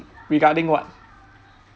re~ regarding what